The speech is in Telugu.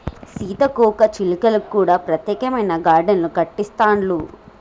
సీతాకోక చిలుకలకు కూడా ప్రత్యేకమైన గార్డెన్లు కట్టిస్తాండ్లు